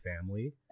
family